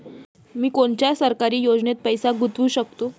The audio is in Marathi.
मी कोनच्या सरकारी योजनेत पैसा गुतवू शकतो?